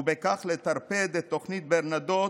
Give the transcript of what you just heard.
ובכך לטרפד את תוכנית ברנדוט,